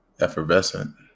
effervescent